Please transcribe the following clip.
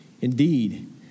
Indeed